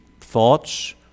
thoughts